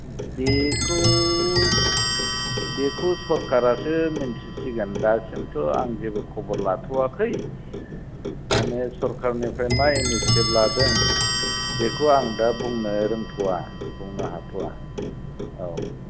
बेखौ बेखौ सरखारासो मोनथिसिगोन दा खिन्थु आं जेबो खबर लाथ'वाखै माने सरखारनिफ्राय मा इनिसियेटिभ लादों बेखौ आं दा बुंनो रोंथ'वा बुंनो हाथ'वा औ